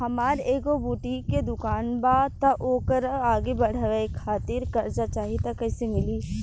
हमार एगो बुटीक के दुकानबा त ओकरा आगे बढ़वे खातिर कर्जा चाहि त कइसे मिली?